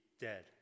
dead